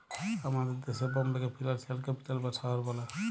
আমাদের দ্যাশে বম্বেকে ফিলালসিয়াল ক্যাপিটাল বা শহর ব্যলে